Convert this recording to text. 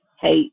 hey